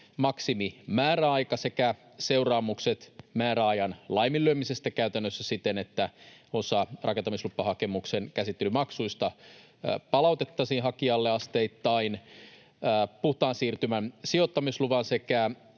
maksimimääräaika sekä seuraamukset määräajan laiminlyömisestä, käytännössä siten, että osa rakentamislupahakemuksen käsittelymaksuista palautettaisiin hakijalle asteittain. Puhtaan siirtymän sijoittamisluvan sekä